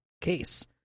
case